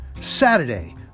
Saturday